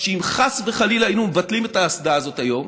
אם חס וחלילה היינו מבטלים את האסדה הזאת היום,